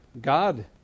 God